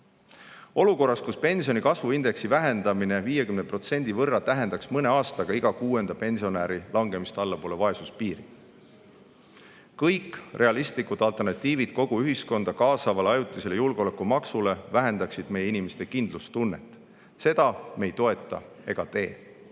olukorras, kus pensioni kasvuindeksi vähendamine 50% võrra tähendaks mõne aastaga iga kuuenda pensionäri langemist allapoole vaesuspiiri? Kõik realistlikud alternatiivid kogu ühiskonda kaasavale ajutisele julgeolekumaksule vähendaksid meie inimeste kindlustunnet. Seda me ei toeta ega tee.